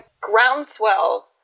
groundswell